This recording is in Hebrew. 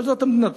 אבל זאת מדינתו,